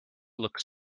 looked